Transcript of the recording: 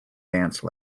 dance